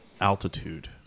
Altitude